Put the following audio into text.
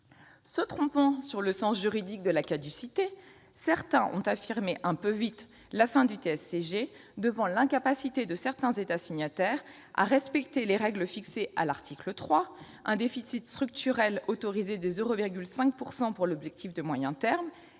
Se trompant sur le sens juridique de la caducité, certains ont affirmé un peu vite la fin du TSCG devant l'incapacité de certains États signataires à respecter les règles fixées à l'article 3- un déficit structurel autorisé de 0,5 % pour l'objectif de moyen terme